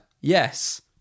Yes